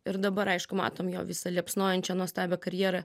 ir dabar aišku matom jo visa liepsnojančią nuostabią karjerą